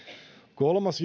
kolmas